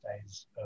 days